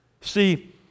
see